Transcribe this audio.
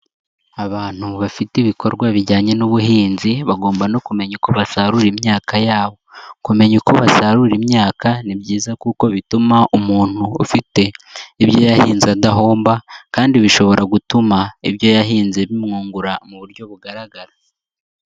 Abantu bafite ibikorwa bijyanye n'ubuhinzi, bagomba no kumenya uko basarura imyaka yabo. Kumenya uko basarura imyaka ni byiza kuko bituma umuntu ufite ibyo yahinze adahomba kandi bishobora gutuma ibyo yahinze bimwungura mu buryo bugaragara.